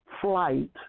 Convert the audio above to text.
flight